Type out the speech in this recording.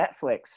Netflix